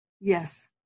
Yes